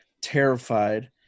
terrified